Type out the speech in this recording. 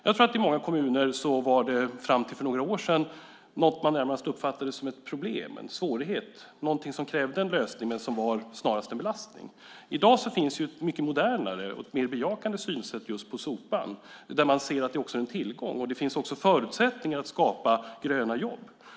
I många kommuner var det fram till för några år sedan något man närmast uppfattade som ett problem, en svårighet, någonting som krävde en lösning men som snarast var en belastning. I dag finns det ett mycket modernare och mer bejakande synsätt på sopan. Man inser att den är en tillgång. Det finns också förutsättningar för att skapa gröna jobb.